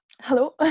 Hello